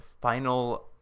final